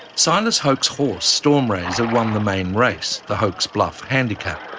silas hoke's horse, storm raiser, won the main race, the hoke's bluff handicap,